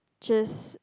just